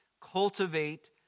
cultivate